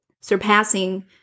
surpassing